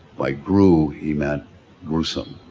by gru he meant gruesome,